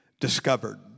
discovered